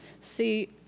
See